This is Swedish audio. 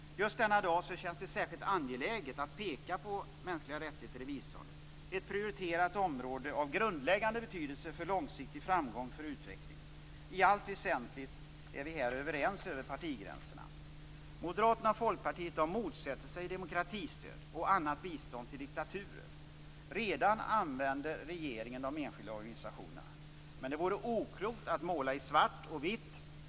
Just denna dag känns det särskilt angeläget att peka på mänskliga rättigheter i biståndet. Det är ett prioriterat område av grundläggande betydelse för långsiktig framgång för utveckling. I allt väsentligt är vi överens över partigränserna. Moderaterna och Folkpartiet motsätter sig demokratistöd och annat bistånd till diktaturer. Regeringen använder redan de enskilda organisationerna, men det vore oklokt att måla i svart och vitt.